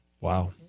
Wow